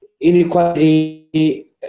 Inequality